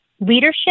leadership